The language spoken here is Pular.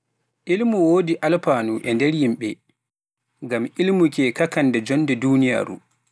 Mbele jaŋde e wodi alfano e renndo? Ngam ɗume walla ngam noy na non ba?